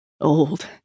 Old